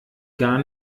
gar